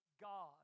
God